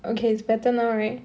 okay it's better now right